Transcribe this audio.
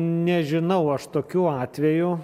nežinau aš tokių atvejų